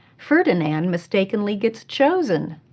ferdinand mistakenly gets chosen.